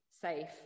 safe